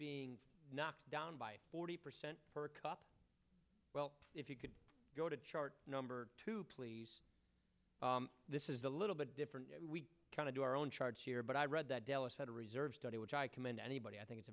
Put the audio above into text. being knocked down by forty percent for a cup well if you could go to chart number two please this is a little bit different we kind of do our own charge here but i read that dallas had a reserve study which i commend anybody i think it's